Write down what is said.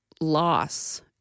loss